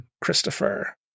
Christopher